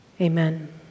Amen